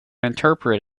interpret